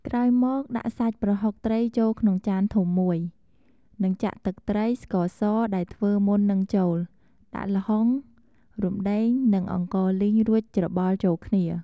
ក្រោយមកដាក់សាច់ប្រហុកត្រីចូលក្នុងចានធំមួយ នឹងចាក់ទឹកត្រី ស្ករសដែលធ្វើមុននឹងចូល ដាក់ល្ហុង រំដេង និងអង្ករលីងរួចច្របល់ចូលគ្នា។